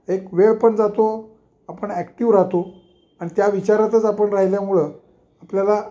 एक वेळ पण जातो आपण ॲक्टिव राहतो आणि त्या विचारातच आपण राहिल्यामुळं आपल्याला